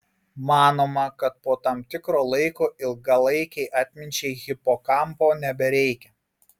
manoma kad po tam tikro laiko ilgalaikei atminčiai hipokampo nebereikia